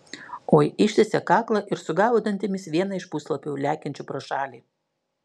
oi ištiesė kaklą ir sugavo dantimis vieną iš puslapių lekiančių pro šalį